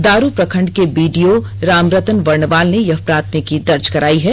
दारू प्रखंड के बीडीओ रामरतन बर्णवाल ने यह प्राथमिकी दर्ज करायी है